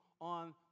on